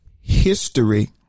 history